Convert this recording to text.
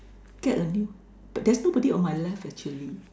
get a new but there's nobody on my left actually